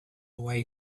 way